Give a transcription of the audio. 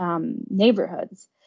neighborhoods